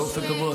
ועדה.